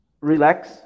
relax